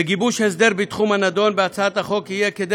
בגיבוש הסדר בתחום הנדון בהצעת החוק יהיה כדי